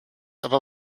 aber